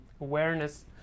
awareness